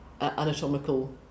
anatomical